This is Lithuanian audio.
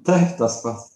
taip tas pats